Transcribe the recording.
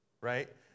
Right